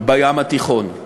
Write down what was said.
בים התיכון,